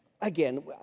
again